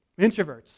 Introverts